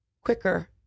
quicker